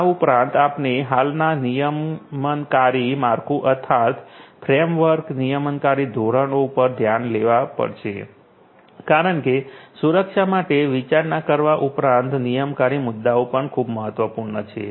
આ ઉપરાંત આપણે હાલના નિયમનકારી માળખું અર્થાત ફ્રેમવર્ક નિયમનકારી ધોરણો પણ ધ્યાનમાં લેવા પડશે કારણ કે સુરક્ષા માટે વિચારણા કરવા ઉપરાંત નિયમનકારી મુદ્દાઓ પણ ખૂબ મહત્વપૂર્ણ છે